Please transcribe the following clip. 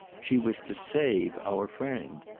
she was to save our friend.